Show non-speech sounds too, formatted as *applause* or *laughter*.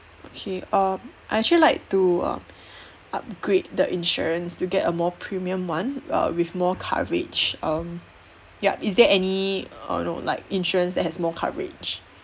okay um I actually like to uh *breath* upgrade the insurance to get a more premium one err with more coverage um yup is there any uh know like insurance that has more coverage